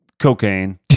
cocaine